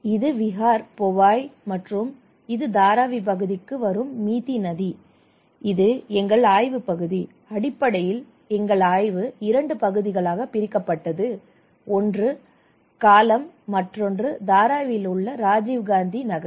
இது விஹார் போவாய் மற்றும் இது தாராவி பகுதிக்கு வரும் மிதி நதி இது எங்கள் ஆய்வு பகுதி அடிப்படையில் எங்கள் ஆய்வு இரண்டு பகுதிகளாக பிரிக்கப்பட்டு இருந்தது ஒன்று காலா மற்றொன்று தாராவியில் உள்ள ராஜீவ்காந்தி நகர்